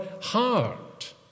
heart